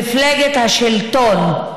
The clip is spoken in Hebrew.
מפלגת השלטון,